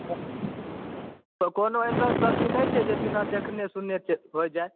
तऽ कोनो अइसन सब्जी नहि छै जे बिना देखने सुनने होइ जाइ